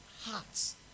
hearts